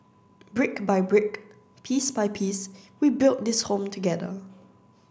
brick by brick piece by piece we build this home together